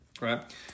right